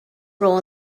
role